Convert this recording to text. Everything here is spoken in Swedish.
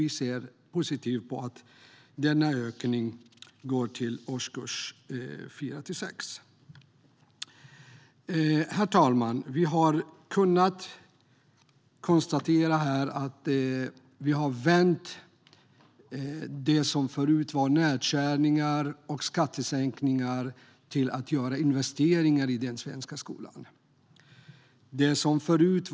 Vi ser positivt på att denna ökning läggs i årskurs 4-6. Herr talman! Vi har vänt nedskärningar och skattesänkningar till investeringar i den svenska skolan.